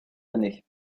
années